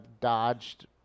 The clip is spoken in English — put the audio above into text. dodged